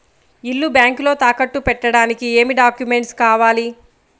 ఇల్లు బ్యాంకులో తాకట్టు పెట్టడానికి ఏమి డాక్యూమెంట్స్ కావాలి?